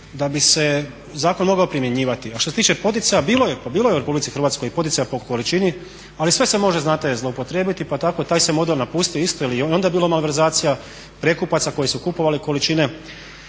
da bi se zakon mogao primjenjivati. A što se tiče poticaja, pa bilo je u RH poticaja po količini ali sve se može znate zloupotrijebiti pa tako taj se model napustio isto jer je i onda bilo malverzacija prekupaca koji su kupovali količine.